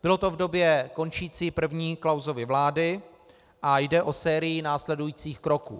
Bylo to v době končící první Klausovy vlády a jde o sérii následujících kroků.